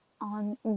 on